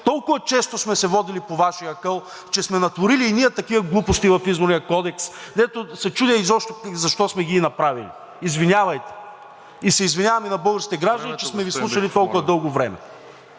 толкова често сме се водили по Вашия акъл, че сме натворили и ние такива глупости в Изборния кодекс, дето се чудя изобщо защо сме ги направили. Извинявайте. И се извинявам и на българските граждани, че сме Ви слушали толкова дълго време.